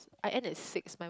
I end at six my